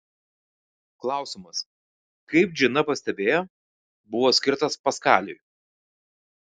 klausimas kaip džina pastebėjo buvo skirtas paskaliui